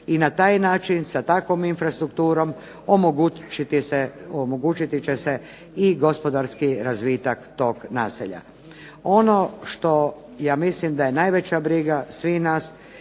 i na taj način sa takvom infrastrukturom omogućiti će se i gospodarski razvitak tog naselja. Ono što ja mislim da je najveća briga svih nas